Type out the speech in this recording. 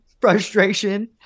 frustration